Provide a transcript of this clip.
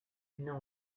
known